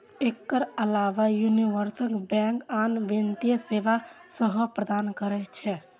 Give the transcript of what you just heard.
एकर अलाव universal bank आन वित्तीय सेवा सेहो प्रदान करै छै